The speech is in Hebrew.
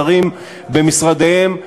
השרים במשרדיהם,